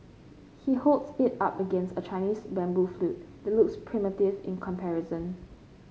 he holds it up against a Chinese bamboo flute the looks primitive in comparison